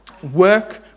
Work